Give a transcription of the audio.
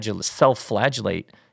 self-flagellate